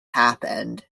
happened